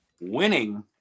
winning